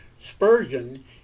Spurgeon